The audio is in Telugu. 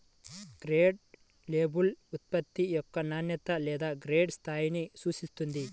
గ్రేడ్ లేబుల్ ఉత్పత్తి యొక్క నాణ్యత లేదా గ్రేడ్ స్థాయిని సూచిస్తుంది